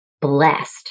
blessed